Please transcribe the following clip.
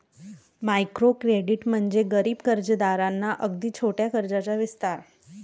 micro credit म्हणजे गरीब कर्जदारांना अगदी छोट्या कर्जाचा विस्तार